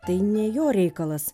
tai ne jo reikalas